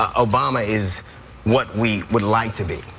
ah obama is what we would like to be.